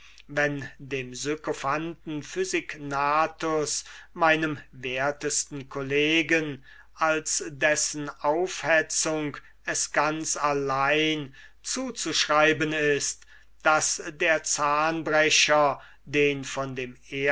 wenn dem sykophanten physignathus meinem wertesten collegen als dessen aufhetzung es ganz allein zuzuschreiben ist daß der zahnbrecher den von dem